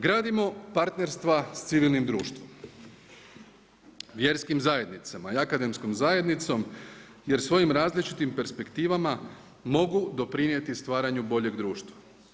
Gradimo partnerstva s civilnim društvom, vjerskim zajednicama i akademskom zajednicom jer svojim različitim perspektivama mogu doprinijeti stvaranju boljeg društva.